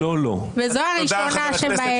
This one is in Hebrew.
וזו הראשונה שבהן --- כן-כן,